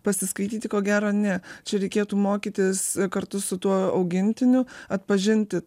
pasiskaityti ko gero ne čia reikėtų mokytis kartu su tuo augintiniu atpažinti